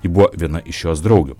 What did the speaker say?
ji buvo viena iš jos draugių